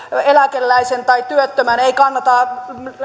eläkeläisen tai työttömän ei kannata